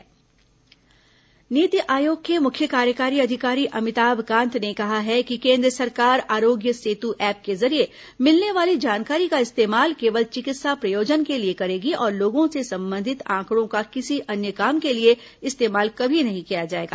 corona Aarogya Setu app NITI Aayog के मुख्य कार्यकारी अधिकारी अमिताभ कांत ने कहा है कि केन्द्र सरकार आरोग्य सेतु ऐप के जरिए मिलने वाली जानकारी का इस्तेमाल केवल चिकित्सा प्रयोजन के लिए करेगी और लोगों से संबंधित आंकडों का किसी अन्य काम के लिए इस्तेमाल कभी नहीं किया जाएगा